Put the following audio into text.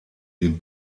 den